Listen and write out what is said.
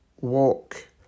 walk